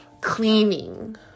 cleaning